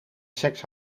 seks